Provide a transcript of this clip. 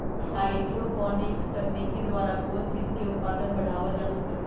hydroponics तकनीक द्वारा कौन चीज के उत्पादन बढ़ावल जा सका हई